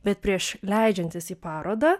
bet prieš leidžiantis į parodą